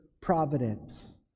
providence